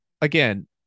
again